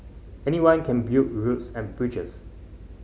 anyone can build roods and bridges